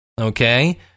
okay